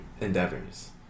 endeavors